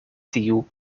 tiu